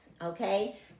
okay